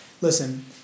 Listen